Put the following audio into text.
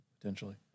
potentially